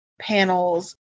panels